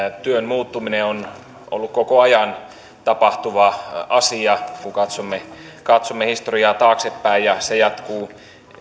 työn muuttuminen on ollut koko ajan tapahtuva asia kun katsomme katsomme historiaa taaksepäin ja se jatkuu